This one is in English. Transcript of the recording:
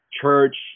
church